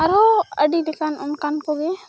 ᱟᱨᱦᱚ ᱟᱹᱰᱤᱞᱮᱠᱟᱱ ᱚᱱᱠᱟᱱ ᱠᱚᱜᱮ